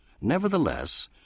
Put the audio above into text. Nevertheless